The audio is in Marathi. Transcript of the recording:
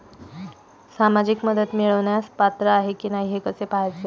सामाजिक मदत मिळवण्यास पात्र आहे की नाही हे कसे पाहायचे?